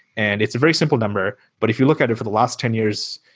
and it's a very simple number. but if you look at it for the last ten years,